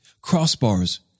crossbars